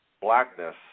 blackness